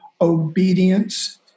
obedience